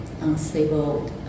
unstable